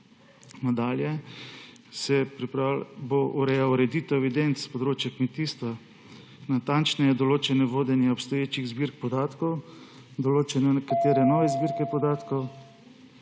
Nadalje bo urejal ureditev evidenc s področja kmetijstva, natančneje določeno vodenje obstoječih zbirk podatkov, določene nekatere nove zbirke podatkov,